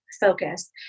focus